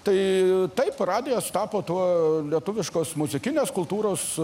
tai taip radijas tapo tuo lietuviškos muzikinės kultūros